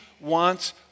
wants